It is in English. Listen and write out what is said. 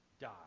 die